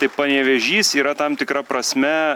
tai panevėžys yra tam tikra prasme